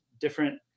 different